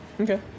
Okay